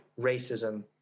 racism